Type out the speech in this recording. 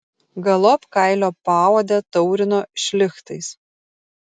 galop kailio paodę taurino šlichtais